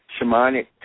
shamanic